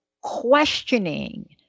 questioning